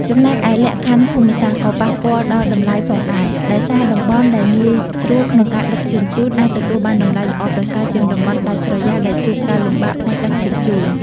ចំណែកឯ លក្ខខណ្ឌភូមិសាស្ត្រ ក៏ប៉ះពាល់ដល់តម្លៃផងដែរ ដោយសារតំបន់ដែលងាយស្រួលក្នុងការដឹកជញ្ជូន អាចទទួលបានតម្លៃល្អប្រសើរជាងតំបន់ដាច់ស្រយាលដែលជួបការលំបាកផ្នែកដឹកជញ្ជូន។